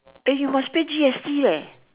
eh you must pay G_S_T leh